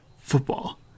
football